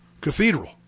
cathedral